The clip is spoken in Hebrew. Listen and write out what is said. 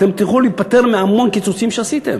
אתם תוכלו להיפטר מהמון קיצוצים שעשיתם,